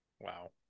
Wow